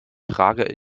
trage